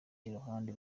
iruhande